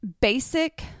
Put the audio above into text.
basic